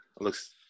looks